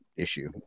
issue